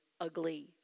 ugly